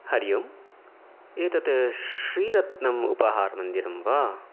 हरि ओम् एतत् श्रीरत्नम् उपाहारमन्दिरं वा